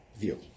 view